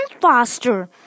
faster